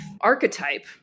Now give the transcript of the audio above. archetype